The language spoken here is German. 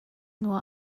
nur